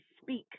speak